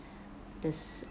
this